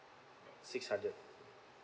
six hundred